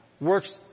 works